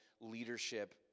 leadership